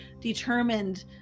determined